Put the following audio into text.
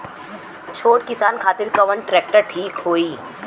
छोट किसान खातिर कवन ट्रेक्टर ठीक होई?